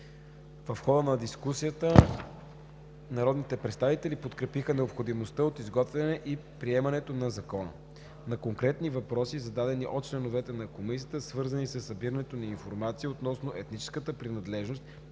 В хода на дискусията народните представители подкрепиха необходимостта от изготвянето и приемането на Закона. На конкретни въпроси, зададени от членовете на Комисията, свързани със събирането на информация относно етническата принадлежност